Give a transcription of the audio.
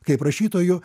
kaip rašytoju